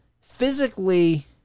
physically